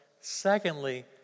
Secondly